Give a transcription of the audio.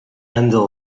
andò